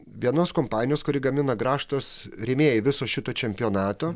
vienos kompanijos kuri gamina grąžtus rėmėjai viso šito čempionato